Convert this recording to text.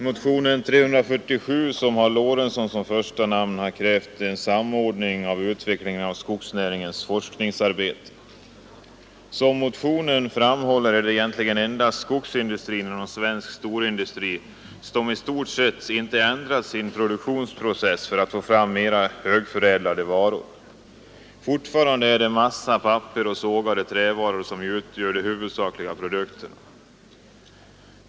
Motionen 347 med herr Lorentzon som första namn har krävt en motionen framhåller är det egentligen endast skogsindustrin inom svensk storindustri som i stort sett inte ändrat sin produktionsprocess för att få sågade trävaror som utgör de huvudsakliga produkterna.